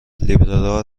لیبرال